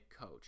coach